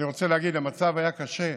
אני רוצה להגיד שהמצב היה קשה,